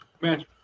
Man